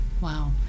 Wow